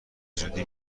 زودی